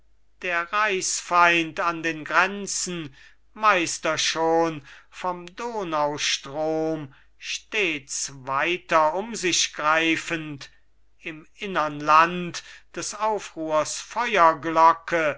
der reichsfeind an den grenzen meister schon vom donaustrom stets weiter um sich greifend im innern land des aufruhrs